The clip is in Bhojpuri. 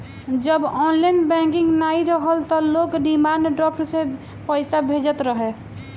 जब ऑनलाइन बैंकिंग नाइ रहल तअ लोग डिमांड ड्राफ्ट से पईसा भेजत रहे